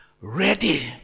Ready